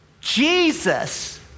Jesus